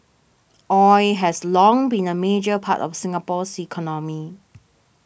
oil has long been a major part of Singapore's economy